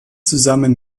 zusammen